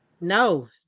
No